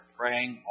praying